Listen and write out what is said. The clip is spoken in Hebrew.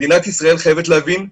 מדינת ישראל חייבת להבין,